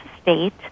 state